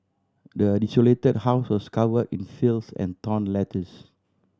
the desolated house was covered in filth and torn letters